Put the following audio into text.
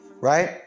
right